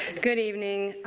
good evening.